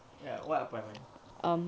ya what appointment